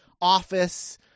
office